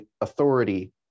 authority